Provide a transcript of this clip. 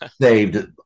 saved